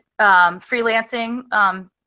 freelancing